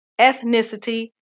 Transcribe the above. ethnicity